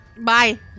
Bye